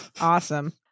Awesome